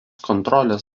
kontrolės